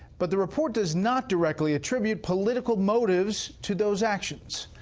but the report does not directly attribute political motives to those actions.